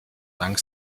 dank